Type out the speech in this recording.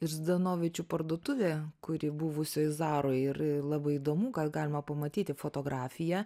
ir zdanovičių parduotuvė kuri buvusioj zaroj ir labai įdomu ką galima pamatyti fotografiją